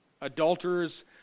adulterers